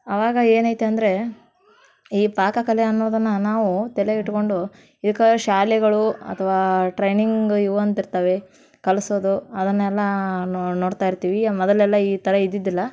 ಅವಾಗ ಏನೈತೆ ಅಂದರೆ ಈ ಪಾಕಕಲೆ ಅನ್ನೋದನ್ನು ನಾವು ತಲ್ಯಾಗೆ ಇಟ್ಕೊಂಡು ಇದ್ಕೆ ಶಾಲೆಗಳು ಅಥವಾ ಟ್ರೈನಿಂಗ್ ಇವು ಅಂತಿರ್ತವೆ ಕಲಿಸೋದು ಅದನ್ನೆಲ್ಲ ನೋಡ್ತಾ ಇರ್ತೀವಿ ಮೊದಲೆಲ್ಲ ಈ ಥರ ಇದ್ದಿದ್ದಿಲ್ಲ